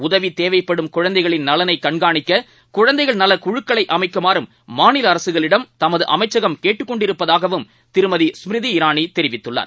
உதவி தேவைப்படும் குழந்தைகளின் நலனை கண்காணிக்க குழந்தைகள் நல குழுக்களை அமைக்குமாறும் மாநில அரசுகளிடம் தமது அமைச்சகம் கேட்டுக்கொண்டிருப்பதாகவும் திருமதி ஸ்மிருதி இராணி தெரிவித்துள்ளார்